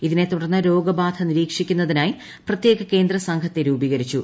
ഇതിനെ തുടർന്ന് രോഗബാധ നിരീക്ഷിക്കുന്നതിനായി പ്രത്യേക കേന്ദ്ര സംഘത്തെ രൂപീകരിച്ചു